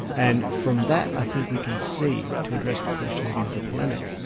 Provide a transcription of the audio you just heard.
and from that i think we can see, to address the question again of the polemic,